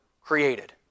created